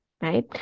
right